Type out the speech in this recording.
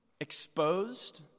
exposed